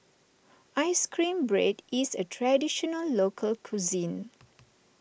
Ice Cream Bread is a Traditional Local Cuisine